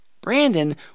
Brandon